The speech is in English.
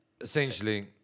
essentially